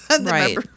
Right